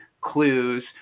clues